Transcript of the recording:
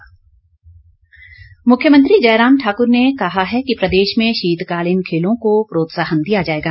मुख्यमंत्री मुख्यमंत्री जयराम ठाकुर ने कहा है कि प्रदेश में शीतकालीन खेलों को प्रोत्साहन दिया जाएगा